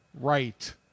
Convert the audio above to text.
Right